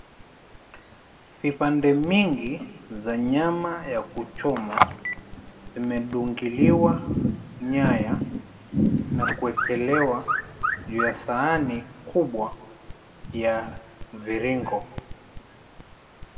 Vipande vingi za nyama ya kuchomwa vimedungiliwa nyaya na kuwekelewa juu ya sahani kubwa ya mviringo.